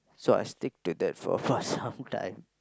so I stick to that for for some time